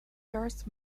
first